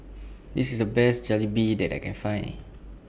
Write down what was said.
This IS The Best Jalebi that I Can Find